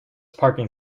parking